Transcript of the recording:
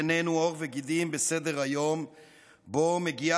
מו, מו,